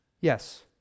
Yes